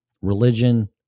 religion